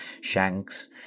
shanks